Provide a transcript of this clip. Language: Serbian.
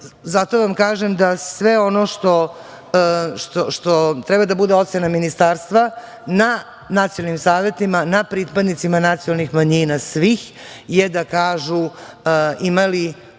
vam kažem da sve ono što treba da bude ocena ministarstva, na nacionalnim savetima, na pripadnicima nacionalnih manjina svih, je da kažu ima li